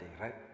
right